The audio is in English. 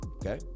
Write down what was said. okay